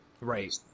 Right